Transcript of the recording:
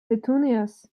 petunias